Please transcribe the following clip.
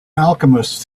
alchemists